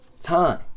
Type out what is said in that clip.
Time